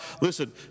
Listen